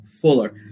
Fuller